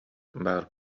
баар